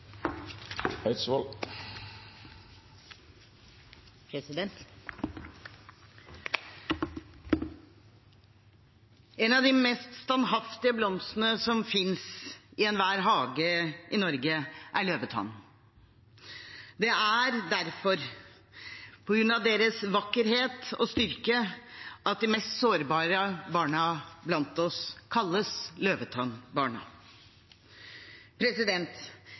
befolkningen. En av de mest standhaftige blomstene som finnes i enhver hage i Norge, er løvetann. Det er derfor, på grunn av deres vakkerhet og styrke, de mest sårbare barna blant oss